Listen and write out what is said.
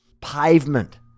pavement